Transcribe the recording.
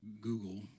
Google